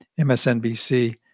MSNBC